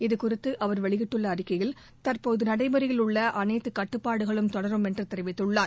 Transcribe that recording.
இதுகுறித்து அவர் வெளியிட்டுள்ள அறிக்கையில் தற்போது நடைமுறையில் உள்ள அனைத்து கட்டுப்பாடுகளும் தொடரும் என்று தெரிவித்துள்ளார்